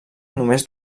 només